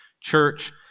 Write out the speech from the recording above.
church